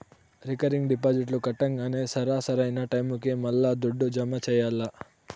recurring డిపాజిట్లు కట్టంగానే సరా, సరైన టైముకి మల్లా దుడ్డు జమ చెయ్యాల్ల